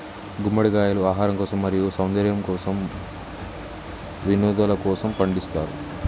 గుమ్మడికాయలు ఆహారం కోసం, మరియు సౌందర్యము కోసం, వినోదలకోసము పండిస్తారు